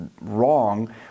wrong